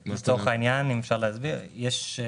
לצורך העניין, יש מחלף